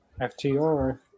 FTR